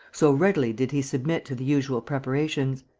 so readily did he submit to the usual preparations.